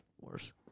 worse